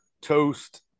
toast